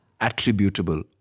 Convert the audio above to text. attributable